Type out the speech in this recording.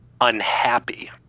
unhappy